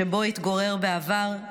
שבו התגורר בעבר,